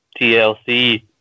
TLC